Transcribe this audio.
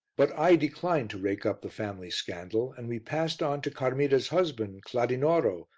but i declined to rake up the family scandal and we passed on to carmida's husband, cladinoro,